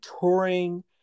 touring